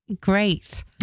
great